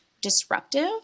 disruptive